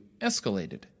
escalated